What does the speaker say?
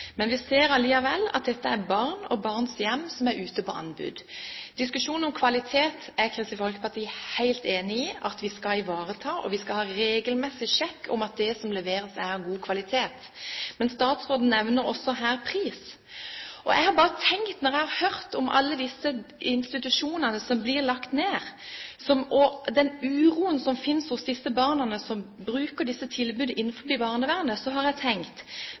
men vi ser likevel at barn og barns hjem er ute på anbud. Diskusjonen om kvalitet er Kristelig Folkeparti helt enig i at vi skal ivareta, og vi skal ha regelmessig sjekk av at det som leveres, er av god kvalitet. Men statsråden nevner også her pris. Når jeg har hørt om alle disse institusjonene som blir lagt ned, og om den uroen som fins blant de barna som bruker disse tilbudene innenfor barnevernet, har jeg tenkt: